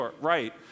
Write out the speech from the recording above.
right